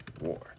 war